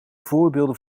voorbeelden